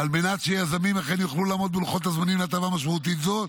ועל מנת שיזמים אכן יוכלו לעמוד בלוחות הזמנים להטבה משמעותית זו,